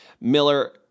Miller